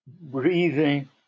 breathing